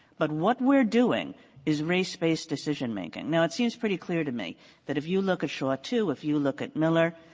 but what we're doing is race-based decision making. now, it seems pretty clear to me that if you look at shaw ii, if you look at miller,